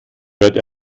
hört